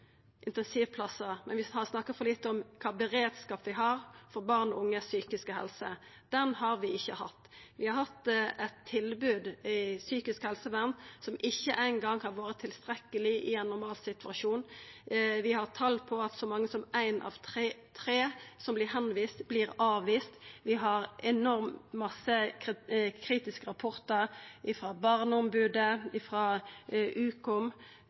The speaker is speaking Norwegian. intensivplassar, men vi har snakka for lite om kva beredskap vi har for den psykiske helsa til barn og unge. Den har vi ikkje hatt. Vi har hatt eit tilbod innan psykisk helsevern som ikkje eingong har vore tilstrekkeleg i ein normalsituasjon. Vi har tal på at så mange som ein av tre som vert tilviste, vert avviste. Vi har enormt mange kritiske rapportar frå Barneombodet og frå Ukom,